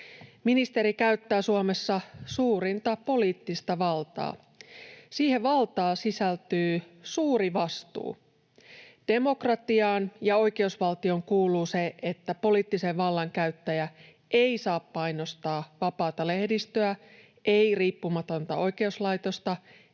Ministeri käyttää Suomessa suurinta poliittista valtaa — siihen valtaan sisältyy suuri vastuu. Demokratiaan ja oikeusvaltioon kuuluu se, että poliittisen vallan käyttäjä ei saa painostaa vapaata lehdistöä, ei riippumatonta oikeuslaitosta,